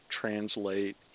translate